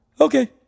okay